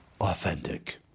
authentic